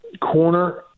Corner